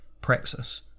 praxis